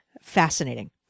fascinating